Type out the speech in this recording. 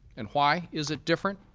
and why is it different?